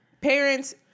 Parents